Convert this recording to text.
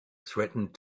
threatened